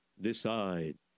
decide